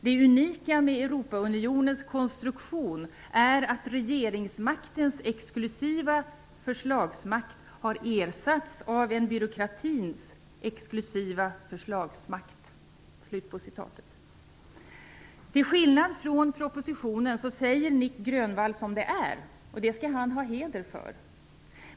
Det unika med Europaunionens konstruktion är att regeringsmaktens exklusiva förslagsmakt har ersatts av en byråkratins exklusiva förslagsmakt." Till skillnad från vad som sägs i propositionen, säger Nic Grönvall som det är. Det skall han ha heder för.